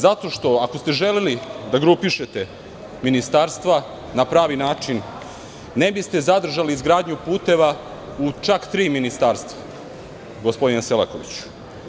Zato što ako ste želeli da grupišete ministarstva na pravi način ne biste zadržali izgradnju puteva u čak tri ministarstva, gospodine Selakoviću.